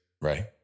Right